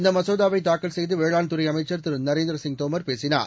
இந்த மசோதாவை தாக்கல் செய்து வேளாண்துறை அமைச்சா் திரு நரேந்திரசிங் தோமா் பேசினார்